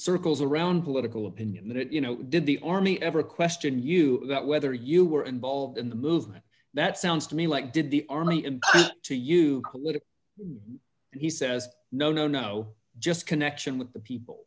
circles around political opinion you know did the army ever question you got whether you were involved in the movement that sounds to me like did the army to you he says no no no just connection with the people